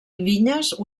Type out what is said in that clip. vinyes